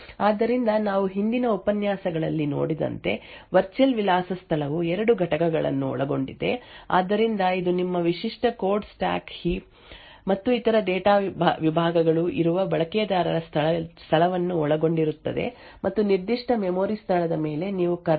ಆದ್ದರಿಂದ ನಾವು ಹಿಂದಿನ ಉಪನ್ಯಾಸಗಳಲ್ಲಿ ನೋಡಿದಂತೆ ವರ್ಚುಯಲ್ ವಿಳಾಸ ಸ್ಥಳವು ಎರಡು ಘಟಕಗಳನ್ನು ಒಳಗೊಂಡಿದೆ ಆದ್ದರಿಂದ ಇದು ನಿಮ್ಮ ವಿಶಿಷ್ಟ ಕೋಡ್ ಸ್ಟಾಕ್ ಹೀಪ್ ಮತ್ತು ಇತರ ಡೇಟಾ ವಿಭಾಗಗಳು ಇರುವ ಬಳಕೆದಾರ ಸ್ಥಳವನ್ನು ಒಳಗೊಂಡಿರುತ್ತದೆ ಮತ್ತು ನಿರ್ದಿಷ್ಟ ಮೆಮೊರಿ ಸ್ಥಳದ ಮೇಲೆ ನೀವು ಕರ್ನಲ್ ಸ್ಥಳವನ್ನು ಹೊಂದಿರುವಿರಿ